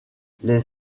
les